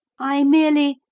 i merely,